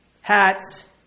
hats